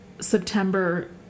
September